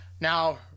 Now